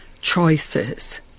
choices